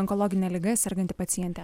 onkologine liga serganti pacientė